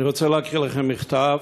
אני רוצה להקריא לכם מכתב: